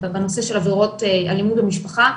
בנושא של עבירות אלימות במשפחה,